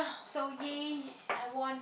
so !yay! I won